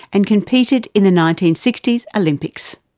and competed in the nineteen sixty s olympics.